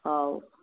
ହଉ